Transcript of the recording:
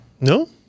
No